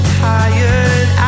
tired